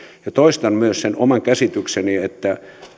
toistan myös sen oman käsitykseni että